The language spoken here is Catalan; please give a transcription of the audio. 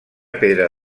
pedra